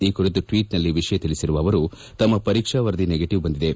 ಈ ಕುರಿತು ಟ್ವಿಟರ್ನಲ್ಲಿ ವಿಷಯ ತಿಳಿಸಿರುವ ಅವರು ತಮ್ಮ ಪರೀಕ್ಷ ವರದಿ ನೆಗಟಿವ್ ಬಂದಿದೆ